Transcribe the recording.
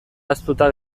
ahaztuta